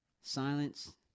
silence